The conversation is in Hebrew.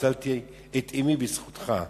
הצלתי את אמי בזכותך.